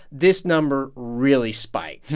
this number really spiked.